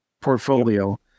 portfolio